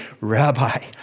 Rabbi